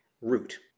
root